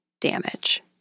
damage